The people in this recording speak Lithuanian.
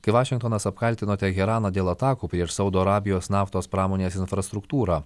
kai vašingtonas apkaltino teheraną dėl atakų prieš saudo arabijos naftos pramonės infrastruktūrą